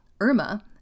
Irma